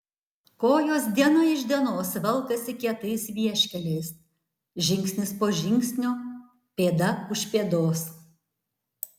kojos diena iš dienos velkasi kietais vieškeliais žingsnis po žingsnio pėda už pėdos